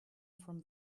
from